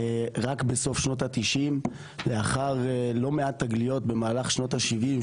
בסוף שנות ה-90' לאחר לא מעט תגליות במהלך שנות ה-70',